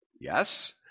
yes